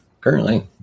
Currently